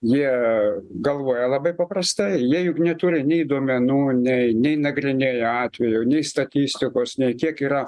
jie galvoja labai paprastai jie juk neturi nei duomenų nei nei nagrinėja atvejų nei statistikos nei kiek yra